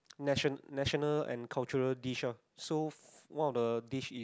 nation national and cultural dish lor so one of the dish is